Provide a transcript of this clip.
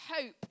hope